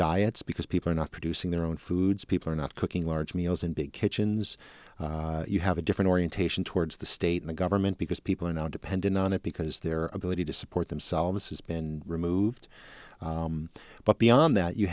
diets because people are not producing their own foods people are not cooking large meals in big kitchens you have a different orientation towards the state in the government because people are now dependent on it because their ability to support themselves has been removed but beyond that you